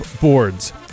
Boards